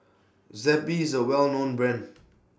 Zappy IS A Well known Brand